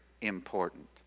important